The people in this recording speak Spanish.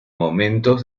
momentos